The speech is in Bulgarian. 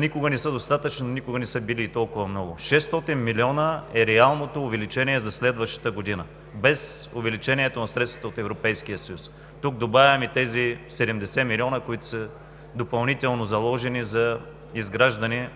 никога не са достатъчни и никога на са били и толкова много – 600 милиона е реалното увеличение за следващата година, без увеличението на средствата от Европейския съюз. Тук добавям и тези 70 милиона, които са допълнително заложени за изграждане